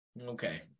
Okay